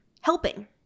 helping